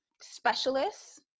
specialists